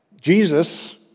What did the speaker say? Jesus